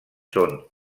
són